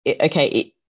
okay